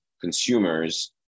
consumers